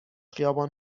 خیابان